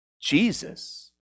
Jesus